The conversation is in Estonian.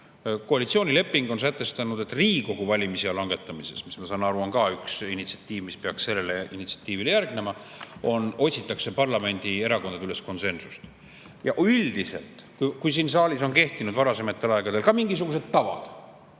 Koalitsioonileping on sätestanud, et Riigikogu valimise ea langetamises – ma saan aru, et see on ka üks initsiatiiv, mis peaks sellele initsiatiivile järgnema – otsitakse parlamendierakondadeülest konsensust. Üldiselt, kui siin saalis on kehtinud varasemal ajal ka mingisugused tavad,